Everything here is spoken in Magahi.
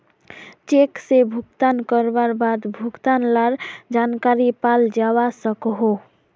चेक से भुगतान करवार बाद भुगतान लार जानकारी पाल जावा सकोहो